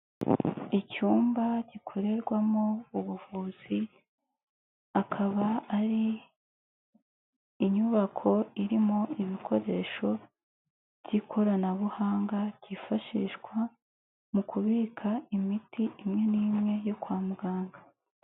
Icyumba gikorerwamo ubuvuzi, akaba ari inyubako irimo ibikoresho by'ikoranabuhanga, byifashishwa mu kubika imiti imwe n'imwe yo kwa muganga.